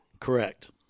Correct